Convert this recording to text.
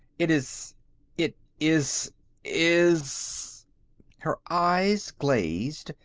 it is it is is her eyes glazed,